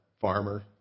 farmer